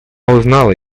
узнала